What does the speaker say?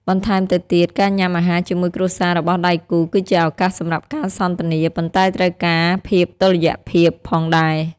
បន្តែមទៅទៀតការញ៉ាំអាហារជាមួយគ្រួសាររបស់ដៃគូគឺជាឱកាសសម្រាប់ការសន្ទនា ប៉ុន្តែត្រូវការភាពតុល្យភាពផងដែរ។